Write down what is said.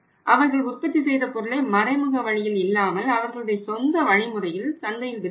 அவர்கள் உற்பத்தி செய்த பொருளை மறைமுக வழிமுறையில் இல்லாமல் அவர்களுடைய சொந்த வழிமுறையில் சந்தையில் விற்கிறார்கள்